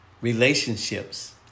relationships